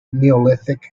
neolithic